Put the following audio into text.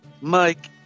Mike